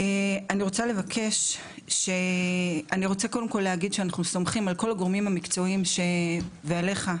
אני רוצה להגיד שאנחנו סומכים על כל הגורמים המקצועיים ועליך,